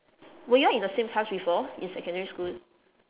were y'all in the same class before in secondary school